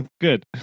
Good